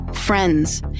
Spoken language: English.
friends